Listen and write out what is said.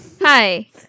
hi